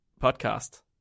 podcast